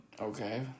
Okay